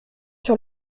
sur